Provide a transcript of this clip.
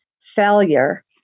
failure